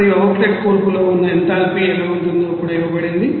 మరియు అవుట్లెట్ కూర్పులో ఉన్న ఎంథాల్పీ ఎలా ఉంటుందో కూడా ఇవ్వబడింది